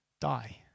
die